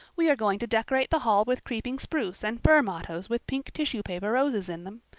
we are going to decorate the hall with creeping spruce and fir mottoes with pink tissue-paper roses in them.